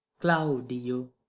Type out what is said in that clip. Claudio